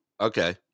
okay